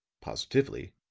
positively,